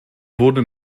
wurden